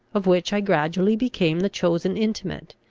of which i gradually became the chosen intimate.